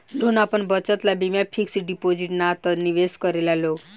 लोग आपन बचत ला बीमा फिक्स डिपाजिट ना त निवेश करेला लोग